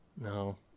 No